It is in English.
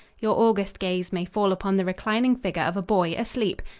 your august gaze may fall upon the reclining figure of a boy asleep,